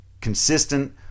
consistent